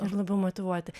ir labiau otyvuoti